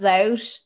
out